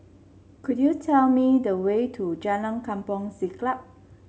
could you tell me the way to Jalan Kampong Siglap